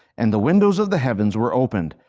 and the windows of the heavens were opened.